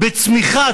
בצמיחה,